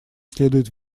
следуют